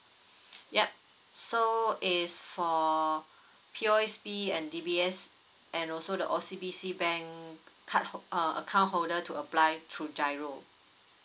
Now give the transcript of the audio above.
yup so it's for P_O_S_B and D_B_S and also the O_C_B_C bank card uh account holder to apply through G_I_R_O